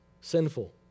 sinful